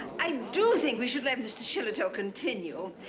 i do think we should let mr. shillitoe continue.